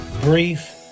brief